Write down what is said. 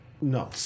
No